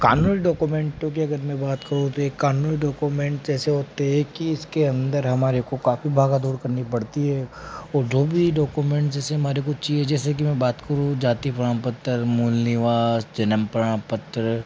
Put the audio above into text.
कानूनी डोक्यूमेंटों की अगर मैं बात करूँ तो एक कानूनी डॉक्यूमेंट जैसे होते हैं कि इसके अंदर हमारे को काफी भाग दौड़ करनी पड़ती है और जो भी डॉक्यूमेंट जैसे हमारे को चाहिए जैसे कि मैं बात करूँ जाति प्रमाण पत्र मूल निवास जन्म प्रमाण पत्र